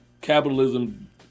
capitalism